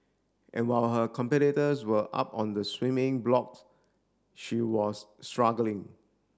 and while her competitors were up on the swimming blocks she was struggling